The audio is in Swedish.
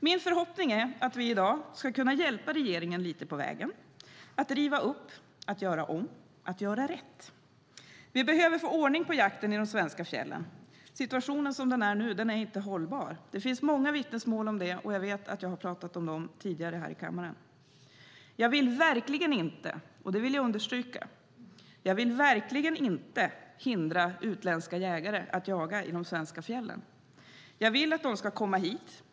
Min förhoppning är att vi i dag ska kunna hjälpa regeringen lite på vägen med att riva upp, att göra om och att göra rätt. Vi behöver få ordning på jakten i de svenska fjällen. Situationen som den är nu är inte hållbar. Det finns många vittnesmål om det; jag har talat om dem tidigare här i kammaren. Jag vill understryka att jag verkligen inte vill hindra utländska jägare från att jaga i de svenska fjällen. Jag vill att de ska komma hit.